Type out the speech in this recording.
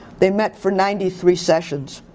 they met for ninety three sessions.